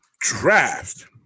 draft